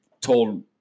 told